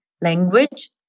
language